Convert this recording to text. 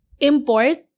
import